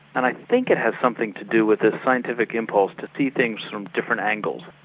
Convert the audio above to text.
and i think it has something to do with the scientific impulse to see things from different angles.